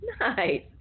Nice